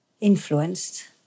influenced